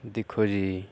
दिक्खो जी